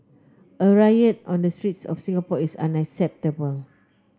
a riot on the streets of Singapore is unacceptable